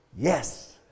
Yes